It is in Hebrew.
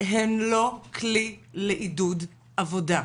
הם לא כלי לעידוד עבודה.